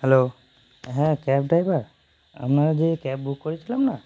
hello হ্যাঁ cab driver আমরা যে ক্যাব বুক করেছিলাম না